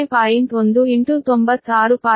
1 96